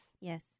Yes